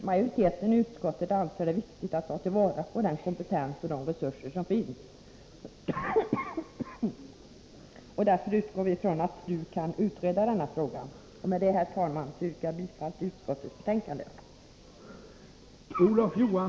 Majoriteten i utskottet anser att det är viktigt att ta till vara den kompetens och de resurser som finns, och därför utgår vi från att STU kan utreda denna fråga. Herr talman! Med detta yrkar jag bifall till utskottets hemställan.